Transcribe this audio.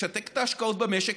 ישתק את ההשקעות במשק,